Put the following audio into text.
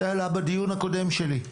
זה עלה בדיון הקודם שלי.